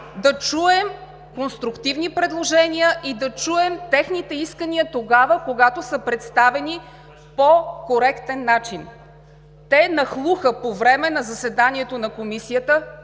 да чуем конструктивни предложения и да чуем техните искания тогава, когато са представени по коректен начин. Те нахлуха по време на заседанието на Комисията,